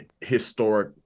historic